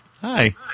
hi